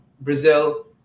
brazil